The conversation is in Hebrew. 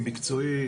מקצועי,